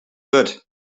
wurd